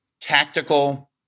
tactical